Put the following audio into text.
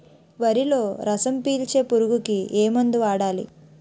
వరిలో రసం పీల్చే పురుగుకి ఏ మందు వాడాలి?